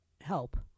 help